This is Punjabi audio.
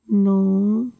ਨੌਂ